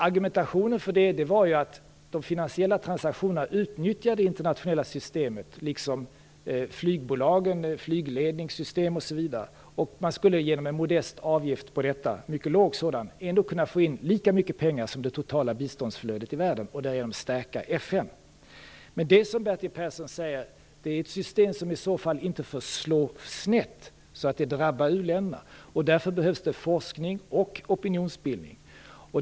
Argumentationen för det var att de finansiella transaktionerna utnyttjar det internationella systemet liksom flygbolagen gör genom flygledningssystem m.m. Genom en modest, mycket låg avgift skulle man kunna få in lika mycket pengar som det totala biståndsflödet i världen och därigenom stärka FN. Men det är som Bertil Persson säger: Det är ett system som i så fall inte får slå snett så att det drabbar u-länderna. Därför behövs det forskning och opinionsbildning.